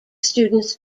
students